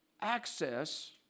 access